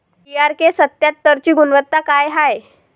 DRK सत्यात्तरची गुनवत्ता काय हाय?